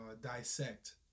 Dissect